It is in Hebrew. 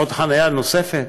חנייה נוספת?